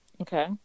Okay